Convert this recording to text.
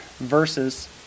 verses